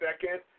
second